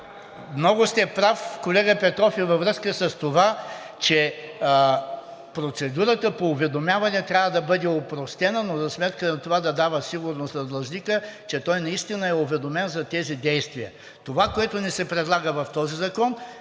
Много сте прав, колега Петров, и във връзка с това, че процедурата по уведомяване трябва да бъде опростена, но за сметка на това да дава сигурност на длъжника, че той наистина е уведомен за тези действия. Това, което ни се предлага в този закон,